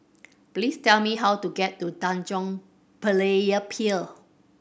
please tell me how to get to Tanjong Berlayer Pier